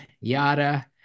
Yada